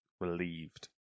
relieved